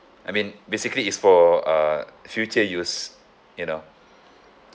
I mean basically it's for uh future use you know